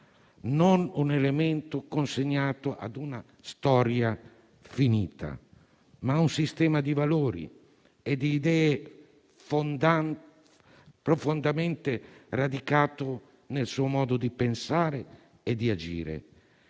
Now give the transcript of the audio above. non un elemento consegnato a una storia finita, ma un sistema di valori e di idee profondamente radicato nel suo modo di pensare e di agire.